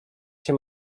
się